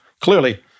clearly